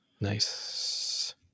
Nice